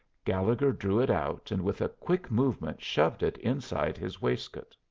gallegher drew it out, and with a quick movement shoved it inside his waistcoat.